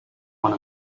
one